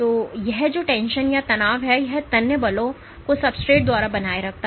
तो कि यह तनाव इन तन्य बलों को सब्सट्रेट द्वारा बनाए रखा जाता है